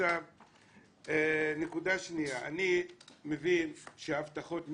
נקודה שנייה, אני מבין שהבטחות מקיימים,